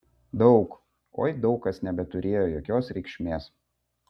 daug oi daug kas nebeturėjo jokios reikšmės